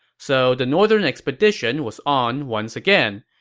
so the northern expedition was on once again.